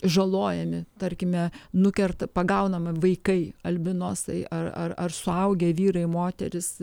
žalojami tarkime nukerta pagaunama vaikai albinosai ar ar ar suaugę vyrai moterys